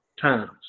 times